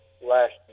last